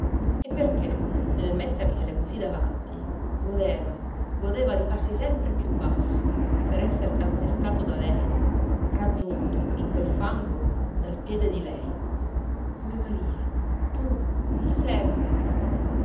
e perché nel mettergliele così davanti godeva godeva di farsi sempre più basso per esser calpestato da lei raggiunto in quel fango dal piede di lei come maria tu il serpe